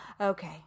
Okay